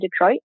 Detroit